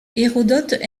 hérodote